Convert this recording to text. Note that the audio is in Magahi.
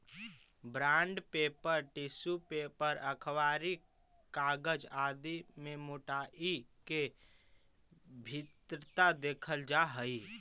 बॉण्ड पेपर, टिश्यू पेपर, अखबारी कागज आदि में मोटाई के भिन्नता देखल जा हई